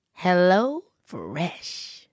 HelloFresh